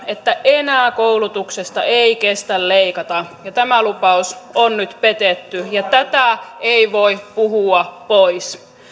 että enää koulutuksesta ei kestä leikata ja tämä lupaus on nyt petetty ja tätä ei voi puhua pois